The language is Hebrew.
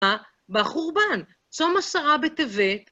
בחורבן. צום עשרה בטבת.